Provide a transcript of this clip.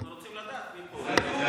אנחנו רוצים לדעת מי פה.